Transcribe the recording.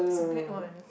good one